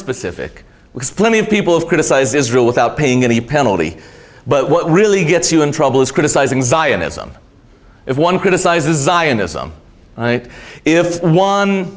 specific with plenty of people have criticized israel without paying any penalty but what really gets you in trouble is criticizing zionism if one criticizes zionism and if one